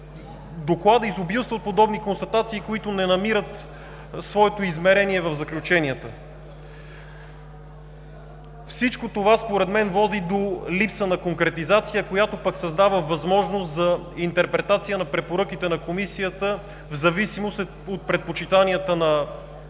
Докладът изобилства от подобни констатации, които не намират своето измерение в заключенията. Всичко това според мен води до липса на конкретизация, която пък създава възможност за интерпретация на препоръките на Комисията в зависимост от предпочитанията на правителство,